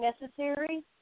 necessary